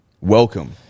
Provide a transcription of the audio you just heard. welcome